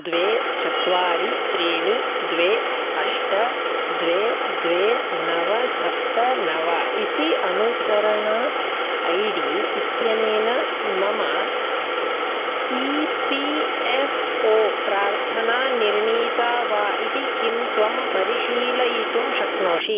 द्वे चत्वारि त्रीणि द्वे अष्ट द्वे द्वे नव सप्त नव इति अनुसरण ऐ डी इत्यनेन मम ई पी एफ़् ओ प्रार्थना निर्णीता वा इति किं त्वं परिशीलयितुं शक्नोषि